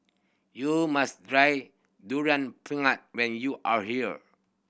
you must try Durian Pengat when you are here